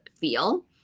feel